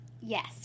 Yes